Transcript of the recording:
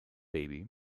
baby